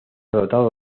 dotado